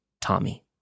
Tommy